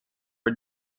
for